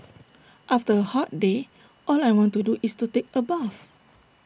after A hot day all I want to do is to take A bath